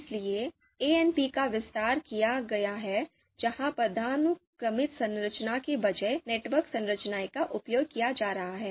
इसलिएANP का विस्तार किया गया है जहां पदानुक्रमित संरचना के बजाय नेटवर्क संरचना का उपयोग किया जा रहा है